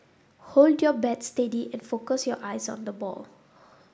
hold your bat steady and focus your eyes on the ball